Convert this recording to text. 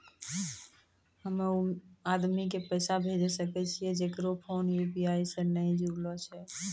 हम्मय उ आदमी के पैसा भेजै सकय छियै जेकरो फोन यु.पी.आई से नैय जूरलो छै?